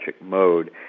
mode